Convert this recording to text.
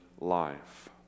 life